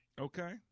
Okay